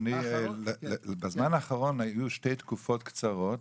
אדוני, בזמן האחרון היו שתי תקופות קצרות